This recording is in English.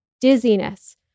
dizziness